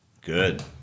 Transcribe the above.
Good